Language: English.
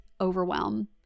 overwhelm